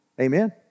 Amen